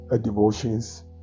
devotions